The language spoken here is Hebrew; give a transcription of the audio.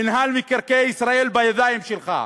מינהל מקרקעי ישראל בידיים שלך.